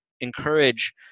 encourage